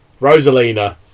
Rosalina